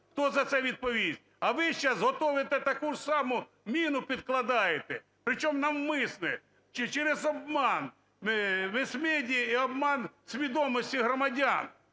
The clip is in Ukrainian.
Хто за це відповість? А ви зараз готовите таку ж саму міну підкладаєте, причому навмисне чи через обман, мас-медіа і обман свідомості громадян.